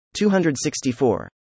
264